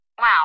Wow